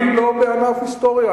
אני לא בענף היסטוריה.